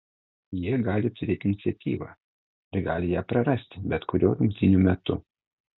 jie gali turėti iniciatyvą ir gali ją prarasti bet kuriuo rungtynių metu